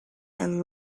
and